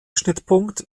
schnittpunkt